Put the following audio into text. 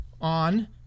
on